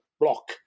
block